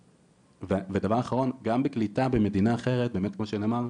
ודבר אחרון, גם בקליטה במדינה אחרת, כמו שנאמר,